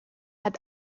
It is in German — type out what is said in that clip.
hat